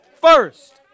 first